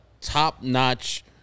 top-notch